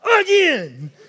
again